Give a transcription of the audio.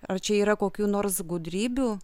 ar čia yra kokių nors gudrybių